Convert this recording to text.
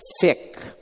thick